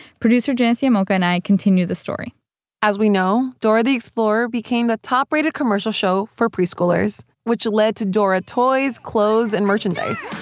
producer janice llamoca and i continue the story as we know, dora the explorer became the top-rated commercial show for preschoolers, which led to dora toys, clothes and merchandise